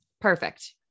Perfect